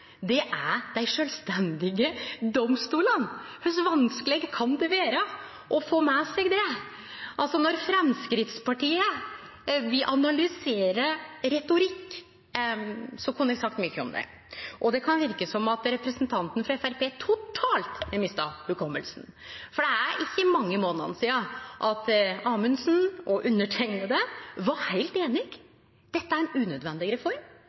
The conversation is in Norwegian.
det er dei sjølvstendige domstolane. Kor vanskeleg kan det vere å få med seg det? Altså, når Framstegspartiet vil analysere retorikk, kunne eg sagt mykje om det. Det kan verke som at representanten frå Framstegspartiet totalt har mista hukommelsen, for det er ikkje mange månadane sidan Amundsen og underteikna var heilt einige: Dette er ein unødvendig reform.